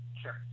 Sure